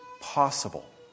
possible